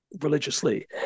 religiously